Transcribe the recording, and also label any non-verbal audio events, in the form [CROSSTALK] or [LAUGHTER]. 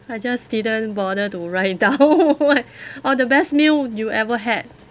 I just didn't bother to write down [LAUGHS] what orh the best meal you ever had